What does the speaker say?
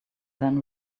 then